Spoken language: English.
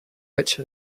which